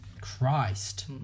Christ